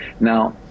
Now